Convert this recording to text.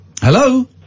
Hello